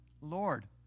Lord